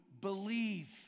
believe